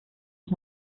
ich